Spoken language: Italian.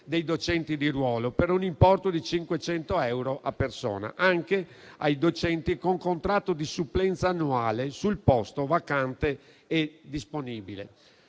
dei docenti di ruolo, per un importo di 500 euro a persona, anche ai docenti con contratto di supplenza annuale sul posto vacante e disponibile.